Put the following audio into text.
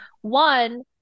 one